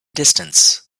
distance